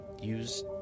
Use